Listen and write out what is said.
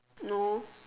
no